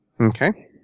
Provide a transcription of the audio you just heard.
Okay